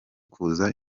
kuza